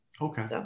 Okay